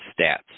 stats